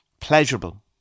pleasurable